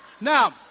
Now